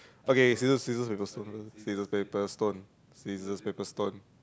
okay scissors scissors paper stone scissors paper stone scissors paper stone